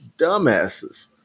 dumbasses